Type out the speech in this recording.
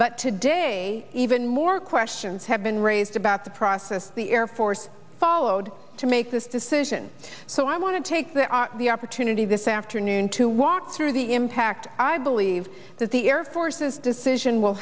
but today even more questions have been raised about the process the air force followed to make this decision so i want to take the opportunity this afternoon to walk through the impact i believe that the air force's decision will